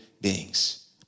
beings